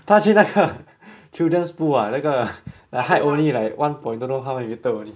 他去那个 children's pool ah 那个 the height only like one point don't know how many metre only